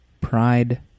Pride